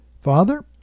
Father